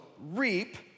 reap